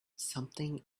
something